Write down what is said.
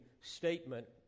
statement